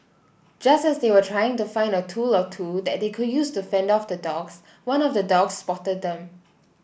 just as they were trying to find a tool or two that they could use to fend off the dogs one of the dogs spotted them